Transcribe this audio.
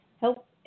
help